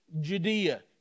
Judea